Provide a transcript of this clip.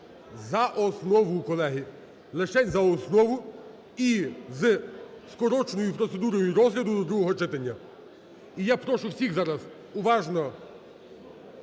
за основу. Колеги, лишень за основу, і за скороченою процедурою розгляду до другого читання. І я прошу всіх зараз уважно